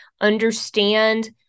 understand